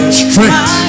strength